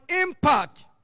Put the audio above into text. impact